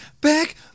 back